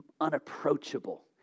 unapproachable